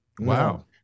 Wow